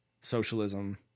socialism